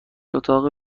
اتاق